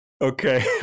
okay